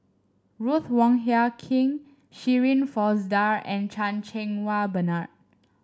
Ruth Wong Hie King Shirin Fozdar and Chan Cheng Wah Bernard